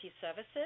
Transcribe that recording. services